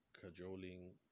cajoling